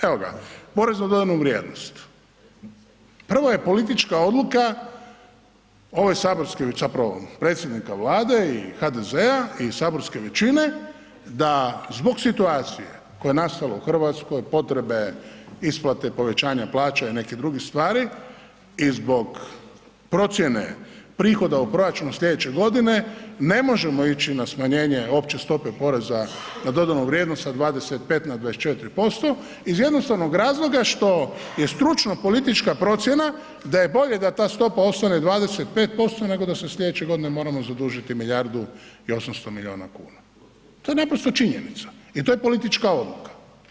Evo ga, porez na dodanu vrijednost, prvo je politička odluka, ove saborske, zapravo predsjednika Vlade i HDZ-a i saborske većine da zbog situacije koja je nastala u RH, potrebe isplate povećanja plaća i nekih drugih stvari i zbog procijene prihoda u proračunu slijedeće godine, ne možemo ići na smanjenje opće stope poreza na dodanu vrijednost sa 25 na 24% iz jednostavnog razloga što je stručno politička procjena da je bolje da ta stopa ostane 25% nego da se slijedeće godine moramo zadužiti milijardu i 800 milijuna kuna, to je naprosto činjenica i to je politička odluka.